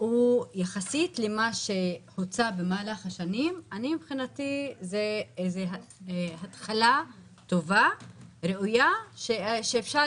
יחסית למה שהוצע במהלך השנים מבחינתי זאת התחלה טובה וראויה שאפשר